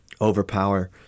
overpower